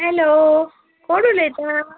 hello कोण उलयता